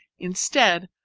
instead,